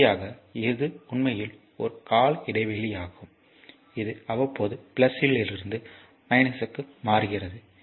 இறுதியாக இது உண்மையில் ஒரு கால இடைவெளியாகும் இது அவ்வப்போது இலிருந்து க்கு மாறுகிறது